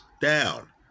down